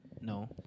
No